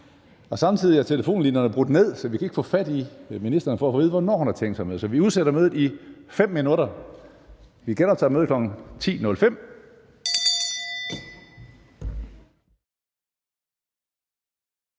og samtidig er telefonlinjerne brudt ned, så vi kan ikke få fat i ministeren for at få at vide, hvornår hun kan møde. Vi udsætter mødet i 5 minutter. Vi genoptager mødet kl. 10.05.